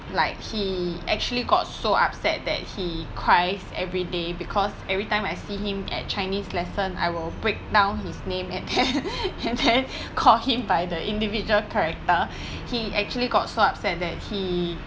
like he actually got so upset that he cries every day because every time I see him at chinese lesson I will break down his name and then called him by the individual character he actually got so upset that he